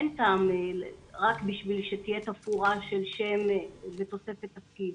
אין טעם רק בשביל שתהיה תפאורה של שם ותוספת תפקיד.